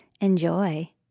Enjoy